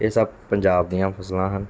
ਇਹ ਸਭ ਪੰਜਾਬ ਦੀਆਂ ਫਸਲਾਂ ਹਨ